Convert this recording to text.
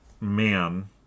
man